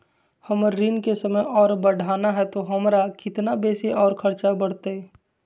हमर ऋण के समय और बढ़ाना है तो हमरा कितना बेसी और खर्चा बड़तैय?